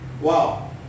Wow